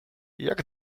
jak